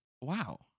wow